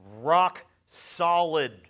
rock-solid